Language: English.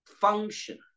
function